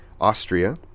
Austria